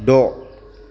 द'